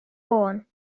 geb